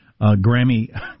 Grammy